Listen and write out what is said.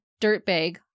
dirtbag